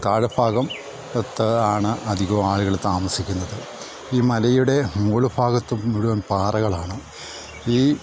താഴെഭാഗത്ത് ആണ് അധികവും ആളുകൾ താമസിക്കുന്നത് ഈ മലയുടെ മോള് ഭാഗത്ത് മുഴുവൻ പാറകളാണ് ഈ